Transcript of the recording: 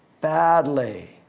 badly